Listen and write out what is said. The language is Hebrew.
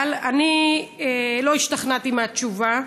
אני לא השתכנעתי מהתשובה.